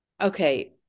Okay